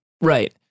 Right